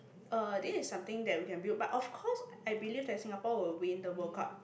uh this is something that we can build but of course I believe that Singapore will win the World Cup